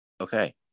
Okay